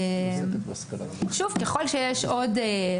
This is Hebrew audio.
התר"ש הזאת,